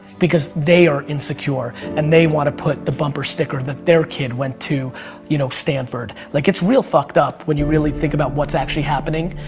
because they are insecure and they want to put the bumper sticker that their kids went to you know stanford. like it's real fucked up when you really think about what's actually happening.